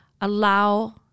allow